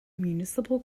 municipal